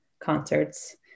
concerts